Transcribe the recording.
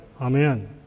Amen